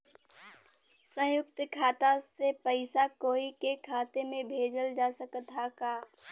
संयुक्त खाता से पयिसा कोई के खाता में भेजल जा सकत ह का?